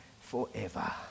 forever